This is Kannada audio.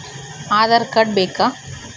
ಆಧಾರ್ ಕಾರ್ಡ್ ಬೇಕಾ?